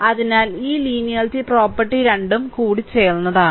അതിനാൽ ഈ linearity property രണ്ടും കൂടിച്ചേർന്നതാണ്